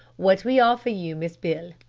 what we offer you, miss beale,